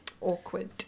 awkward